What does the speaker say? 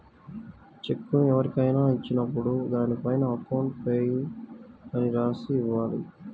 చెక్కును ఎవరికైనా ఇచ్చినప్పుడు దానిపైన అకౌంట్ పేయీ అని రాసి ఇవ్వాలి